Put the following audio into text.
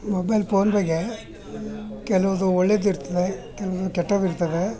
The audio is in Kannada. ಮೊಬೈಲ್ ಪೋನ್ ಬಗ್ಗೆ ಕೆಲವು ಒಳ್ಳೆಯದಿರ್ತದೆ ಕೆಲವು ಕೆಟ್ಟದಿರ್ತದೆ